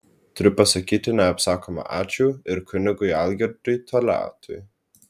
turiu pasakyti neapsakoma ačiū ir kunigui algirdui toliatui